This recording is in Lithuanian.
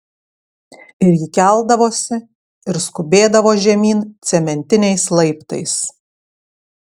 ir ji keldavosi ir skubėdavo žemyn cementiniais laiptais